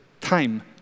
time